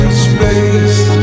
space